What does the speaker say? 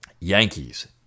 Yankees